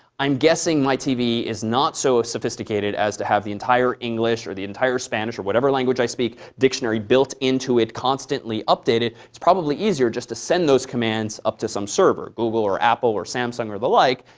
i'm guessing my tv is not so ah sophisticated as to have the entire english or the entire spanish or whatever language i speak dictionary built into it constantly updated. it's probably easier just to send those commands up to some server google, or apple, or samsung, or the like.